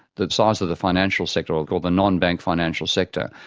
the size of the financial sector, or called the non-bank financial sector,